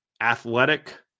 athletic